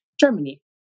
Germany